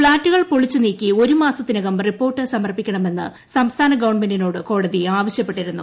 ഫ്ളാറ്റുകൾ പൊളിച്ച് നീക്കി ഒരുമാസത്തിനകം റിപ്പോർട്ട് സമർപ്പിക്കണമെന്ന് സംസ്ഥാന ഗവൺമെന്റിനോട് കോടതി ആവശ്യപ്പെട്ടിരുന്നു